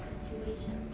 situation